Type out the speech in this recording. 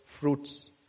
fruits